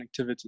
connectivity